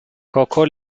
coco